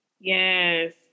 Yes